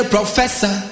Professor